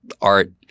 art